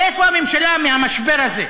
איפה הממשלה במשבר הזה?